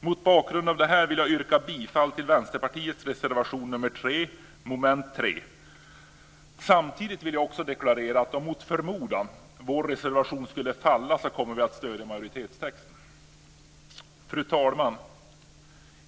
Mot bakgrund av detta vill jag yrka bifall till Vänsterpartiets reservation nr 3 under mom. 3. Samtidigt vill jag deklarera att om mot förmodan vår reservation skulle falla kommer vi att stödja majoritetstexten. Fru talman!